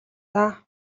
даа